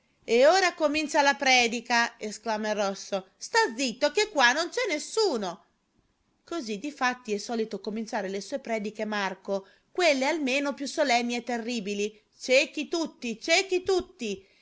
e ora comincia la predica esclama il rosso sta zitto che qua non c'è nessuno così difatti è solito cominciare le sue prediche marco quelle almeno più solenni e terribili ciechi tutti ciechi tutti